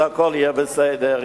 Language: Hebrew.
אז הכול יהיה בסדר,